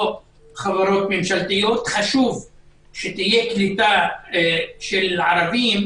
חברות ממשלתיות חשוב שתהיה קליטה של ערבים,